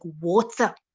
water